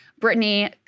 Brittany